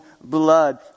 blood